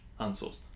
Unsourced